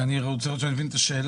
אני רוצה לראות שאני מבין את השאלה,